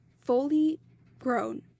fully-grown